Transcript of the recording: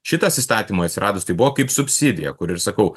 šitas įstatymui atsiradus tai buvo kaip subsidija kur ir sakau